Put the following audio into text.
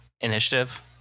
initiative